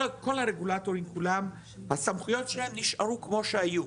כל הרגולטורים כולם - הסמכויות שלהם נשארו כמו שהיו.